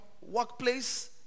workplace